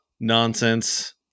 nonsense